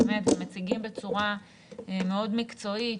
ומציגים בצורה מאוד מקצועית,